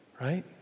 right